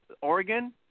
Oregon